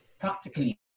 practically